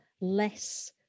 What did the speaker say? Less